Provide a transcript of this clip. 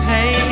Hey